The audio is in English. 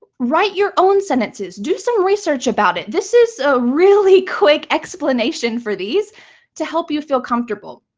write your own sentences. do some research about it. this is a really quick explanation for these to help you feel comfortable.